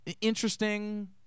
interesting